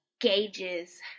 gauges